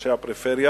אנשי הפריפריה